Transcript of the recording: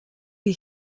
wir